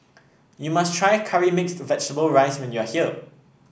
you must try Curry Mixed Vegetable rice when you are here